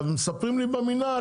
מספרים לי במינהל,